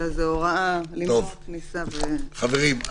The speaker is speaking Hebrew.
אלא זאת הוראה למנוע כניסה --- חברים,